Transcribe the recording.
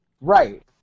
Right